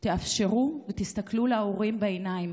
תאפשרו ותסתכלו להורים בעיניים,